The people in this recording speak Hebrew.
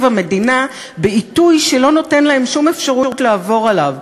המדינה בעיתוי שלא נותן להם שום אפשרות לעבור עליו.